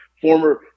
former